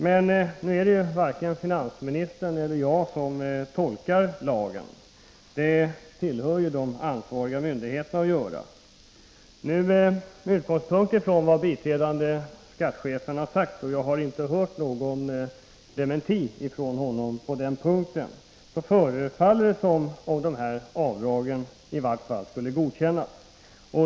Men nu är det ju varken finansministern eller jag som tolkar lagen — det tillhör ju de offentliga myndigheternas uppgifter att göra det. Med utgångspunkt i vad biträdande skattechefen har sagt — och jag har inte hört någon dementi från honom på den punkten — förefaller det som om dessa avdrag skulle godkännas.